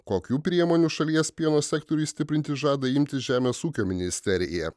kokių priemonių šalies pieno sektoriui stiprinti žada imtis žemės ūkio ministerija